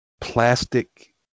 plastic